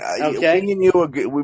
Okay